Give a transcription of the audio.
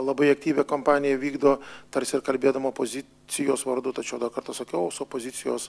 labai aktyvią kompaniją vykdo tarsi ir kalbėdama opozicijos vardu tačiau dar kart pasakiau su opozicijos